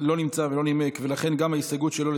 לא נמצא ולא נימק, ולכן גם ההסתייגות שלו,